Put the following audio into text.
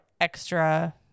extra